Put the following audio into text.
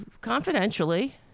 confidentially